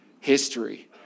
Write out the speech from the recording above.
history